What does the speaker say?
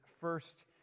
first